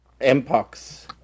Mpox